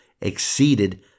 exceeded